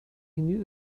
knew